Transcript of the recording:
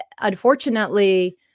unfortunately